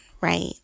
right